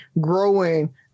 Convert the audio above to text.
growing